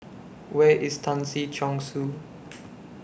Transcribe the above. Where IS Tan Si Chong Su